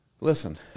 Listen